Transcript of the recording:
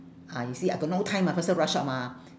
ah you see I got no time must faster rush out mah